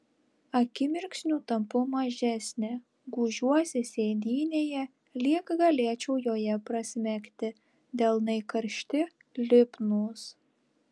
akimirksniu tampu mažesnė gūžiuosi sėdynėje lyg galėčiau joje prasmegti delnai karšti lipnūs